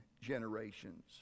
generations